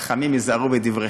חכמים היזהרו בדבריכם.